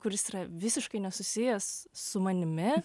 kuris yra visiškai nesusijęs su manimi